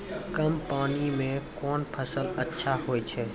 कम पानी म कोन फसल अच्छाहोय छै?